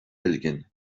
belgien